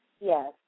Yes